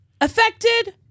affected